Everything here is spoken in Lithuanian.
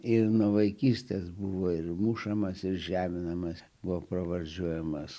ir nuo vaikystės buvo ir mušamas ir žeminamas buvo pravardžiuojamas